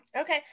Okay